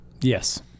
Yes